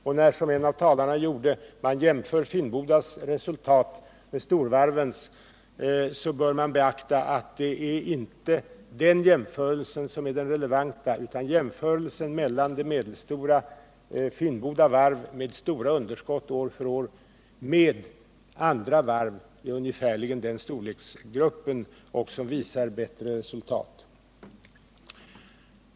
När man — som en av talarna gjorde — jämför Finnbodas resultat med storvarvens, bör man beakta att det inte är den jämförelsen som är den relevanta, utan det är en jämförelse mellan det medelstora Finnboda varv, med stora underskott år efter år, och andra varv i ungefärligen den storleksgruppen som visar bättre resultat.